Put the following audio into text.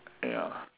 ya